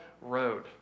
road